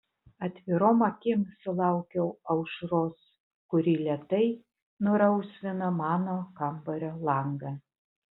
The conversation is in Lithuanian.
atvirom akim sulaukiau aušros kuri lėtai nurausvino mano kambario langą